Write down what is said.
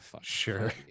Sure